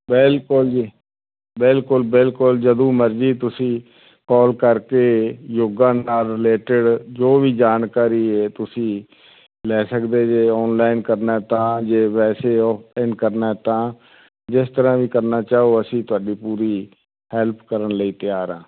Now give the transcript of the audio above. ਬਿਲਕੁਲ ਜੀ ਬਿਲਕੁਲ ਬਿਲਕੁਲ ਜਦੋਂ ਮਰਜ਼ੀ ਤੁਸੀਂ ਕਾਲ ਕਰਕੇ ਯੋਗਾ ਨਾਲ ਰਿਲੇਟਡ ਜੋ ਵੀ ਜਾਣਕਾਰੀ ਹੈ ਤੁਸੀਂ ਲੈ ਸਕਦੇ ਜੀ ਔਨਲਾਈਨ ਕਰਨਾ ਤਾਂ ਜੇ ਵੈਸੇ ਓਫਲਾਈਨ ਕਰਨਾ ਤਾਂ ਜਿਸ ਤਰ੍ਹਾਂ ਵੀ ਕਰਨਾ ਚਾਹੋ ਅਸੀਂ ਤੁਹਾਡੀ ਪੂਰੀ ਹੈਲਪ ਕਰਨ ਲਈ ਤਿਆਰ ਹਾਂ